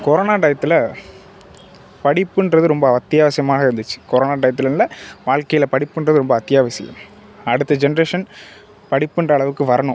corona டையத்தில் படிப்புன்றது ரொம்ப அத்தியாவசியமாக இருந்துச்சு கொரோனா டையத்திலன்னு இல்லை வாழ்க்கையில் படிப்புன்றது ரொம்ப அத்தியாவசியம் அடுத்த ஜென்ட்ரேஷன் படிப்புன்ற அளவுக்கு வரணும்